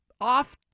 off